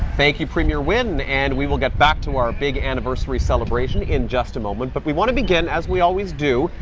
thank you premier wynne, and we will get back to our big anniversary celebration in just a moment, but we want to begin as we always do,